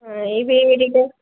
ఇవి విడిగా